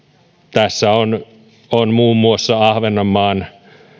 tässä on on muun muassa ahvenanmaan